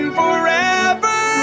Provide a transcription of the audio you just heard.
forever